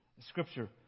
Scripture